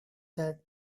that